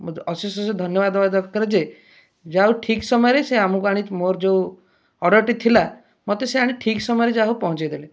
ମୋତେ ଅଶେଷ ଅଶେଷ ଧନ୍ୟବାଦ ଦେବା ଦରକାର ଯେ ଯାହା ହଉ ଠିକ ସମୟରେ ସେ ଆମକୁ ଆଣି ମୋର ଯେଉଁ ଅର୍ଡ଼ରଟି ଥିଲା ମୋତେ ସେ ଆଣି ଠିକ ସମୟରେ ଯାହା ହେଉ ପହଞ୍ଚାଇ ଦେଲେ